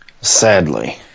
Sadly